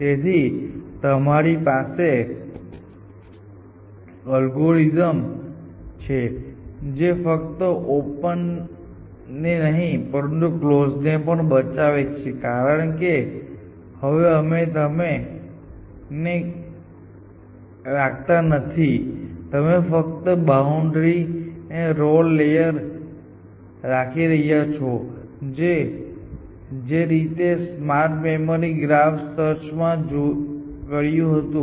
તેથી તમારી પાસે અલ્ગોરિધમ છે જે ફક્ત ઓપન ને નહિ પરંતુ કલોઝ ને પણ બચાવે છે કારણ કે હવે તમે કલોઝ ને નથી રાખતા તમે ફક્ત બાઉન્ડ્રી અને રીલે લેયર ને રાખી રહ્યા છો જે રીતે સ્માર્ટ મેમરી ગ્રાફ સર્ચ માં કર્યું હતું